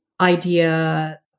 idea